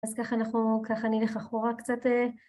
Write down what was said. אז ככה נלך אחורה קצת